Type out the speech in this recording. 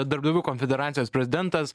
darbdavių konfederacijos prezidentas